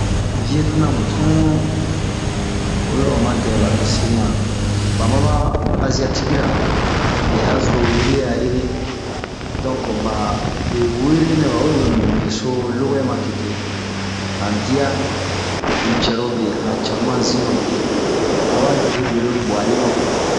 Vietinamu tun ,oyi lo o ma dɛ ba be se ɲan, ba maba aziatiki ra bɛ'aso wure a'ere.donke be wure nɛ ba we we mun be so lowɛ matete. Han diya, han cɛrobe, cama zinrobe ,ma ba debwere buariro be.